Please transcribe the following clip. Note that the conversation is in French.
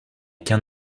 qu’un